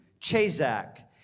chazak